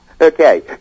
okay